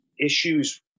issues